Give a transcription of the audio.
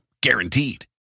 Guaranteed